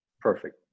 Perfect